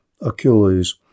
Achilles